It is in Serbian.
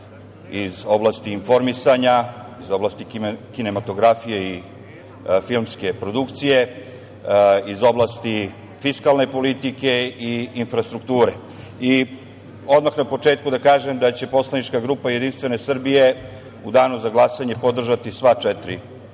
iz oblasti informisanja, iz oblasti kinematografije i filmske produkcije, iz oblasti fiskalne politike i infrastrukture. Odmah na početku da kažem da će poslanička grupa JS u danu za glasanje podržati sva četiri ova